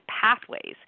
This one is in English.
pathways